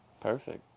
Perfect